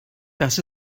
das